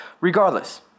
regardless